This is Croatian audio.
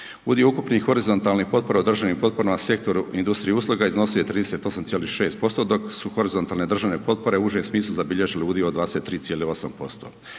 Udio ukupnih horizontalnih potpora u državnim potporama, sektoru industrija i usluga iznosio je 38,6% dok su horizontalne državne potpore u užem smislu zabilježile udio od 23,8%.